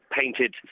painted